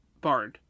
barn